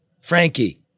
Frankie